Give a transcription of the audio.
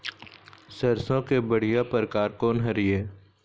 सरसों के बढ़िया परकार कोन हर ये?